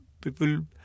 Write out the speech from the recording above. people